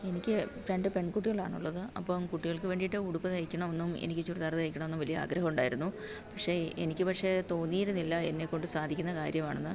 എനിക്ക് രണ്ട് പെൺകുട്ടികളാണ് ഉള്ളത് അപ്പം കുട്ടികൾക്ക് വേണ്ടിട്ട് ഉടുപ്പ് തയ്ക്കണമെന്നും എനിക്ക് ചുരിദാറ് തയ്ക്കണമെന്നും വലിയ ആഗ്രഹമുണ്ടായിരുന്നു പക്ഷേ എനിക്ക് പക്ഷേ തോന്നിയിരുന്നില്ല എന്നെ കൊണ്ട് സാധിക്കുന്ന കാര്യം ആണെന്ന്